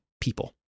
people